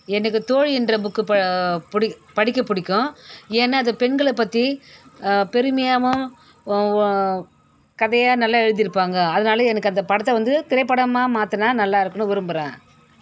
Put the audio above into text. எனக்கு தோழி என்ற புக்கு படிக்க பிடிக்கும் ஏன்னா அது பெண்களை பற்றி பெருமையாகவும் கதையாக நல்லா எழுதியிருப்பாங்க அதனால எனக்கு அந்த படத்தை வந்து திரைப்படமாக மாற்றினா நல்லா இருக்கும்ன்னு விரும்புறேன்